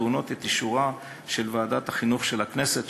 הטעונות את אישורה של ועדת החינוך של הכנסת,